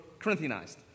Corinthianized